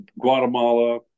Guatemala